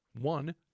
one